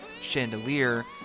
Chandelier